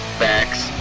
facts